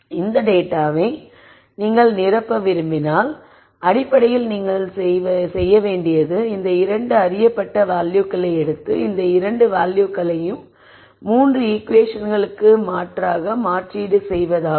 இந்தத் டேட்டாவை நீங்கள் நிரப்ப விரும்பினால் அடிப்படையில் நீங்கள் செய்வது இந்த இரண்டு அறியப்பட்ட வேல்யூக்களை எடுத்து இந்த இரண்டு வேல்யூக்களையும் 3 ஈகுவேஷன்களுக்கு மாற்றாக மாற்றீடு செய்வதாகும்